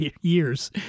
years